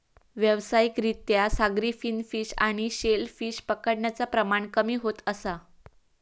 व्यावसायिक रित्या सागरी फिन फिश आणि शेल फिश पकडण्याचा प्रमाण कमी होत असा